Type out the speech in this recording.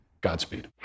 Godspeed